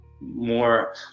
more